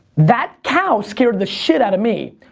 that cow scared the shit out of me.